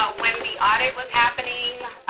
ah when the audit was happening,